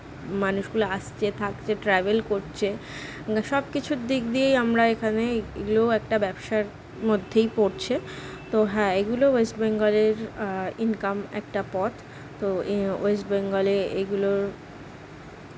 মানুষগুলো আসছে থাকচ্ছে ট্র্যাভেল করছে মানে সব কিছুর দিক দিয়েই আমরা এখানে এ এগুলোও একটা ব্যবসার মধ্যেই পড়ছে তো হ্যাঁ এগুলো ওয়েস্টবেঙ্গলের ইনকাম একটা পথ তো এ ওয়েস্টবেঙ্গলে এইগুলো